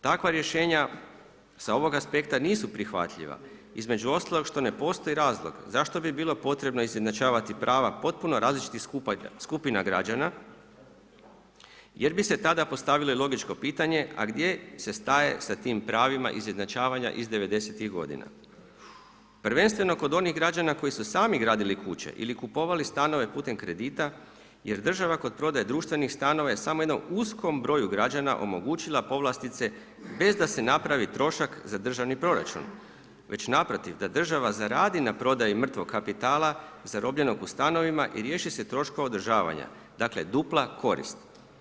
Takva rješenja sa ovog aspekta nisu prihvatljiva između ostalog što ne postoji razlog zašto bi bilo potrebno izjednačavati prava potpuna različitih skupina građana jer bi se tada postavilo logično pitanje, a gdje se staje sa tim pravima izjednačavanja iz devedesetih godina, prvenstveno kod onih građana koji su sami gradili kuće ili kupovali stanove putem kredita jer država kod prodaje društvenih stanova je samo jednom uskom broju građana omogućila povlastice bez da se napravi trošak za državni proračun, već naprotiv da država zaradi na prodaji mrtvog kapitala zarobljenog u stanovima i riješi se troška održavanja, dakle dupla korist.